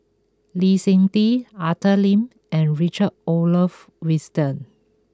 Lee Seng Tee Arthur Lim and Richard Olaf Winstedt